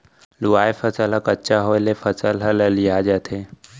लूवाय फसल ह कच्चा होय ले फसल ह ललिया जाथे